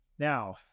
Now